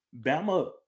Bama